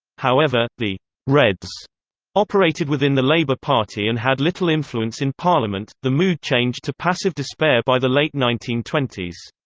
however, the reds operated within the labour party and had little influence in parliament the mood changed to passive despair by the late nineteen twenty s.